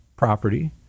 property